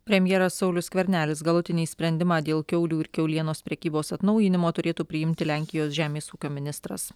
premjeras saulius skvernelis galutinį sprendimą dėl kiaulių ir kiaulienos prekybos atnaujinimo turėtų priimti lenkijos žemės ūkio ministras